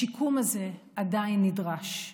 השיקום הזה עדיין נדרש,